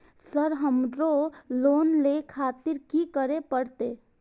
Sir हमरो loan ले खातिर की करें परतें?